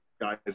guys